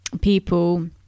people